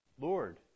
Lord